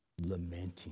lamenting